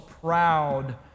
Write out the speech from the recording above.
proud